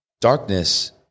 darkness